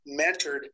mentored